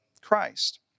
Christ